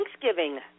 Thanksgiving